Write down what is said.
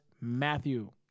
Matthew